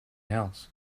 else